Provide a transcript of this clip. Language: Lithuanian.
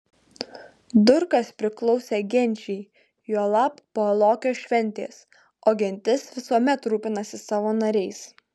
durkas priklausė genčiai juolab po lokio šventės o gentis visuomet rūpinasi savo nariais